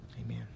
amen